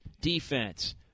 defense